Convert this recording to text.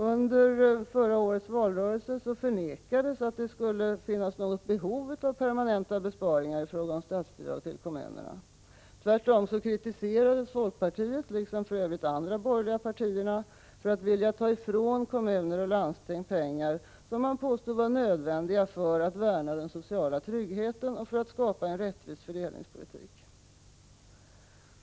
Under förra årets valrörelse förnekades att det skulle finnas något behov av permanenta besparingar i fråga om statsbidrag till kommunerna. Tvärtom kritiserades folkpartiet, liksom de andra borgerliga partierna, för att vilja ta ifrån kommuner och landsting pengar som man påstod var nödvändiga för att värna den sociala tryggheten och för att skapa en rättvis fördelningspolitik.